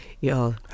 Y'all